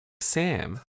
Sam